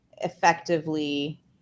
effectively